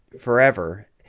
forever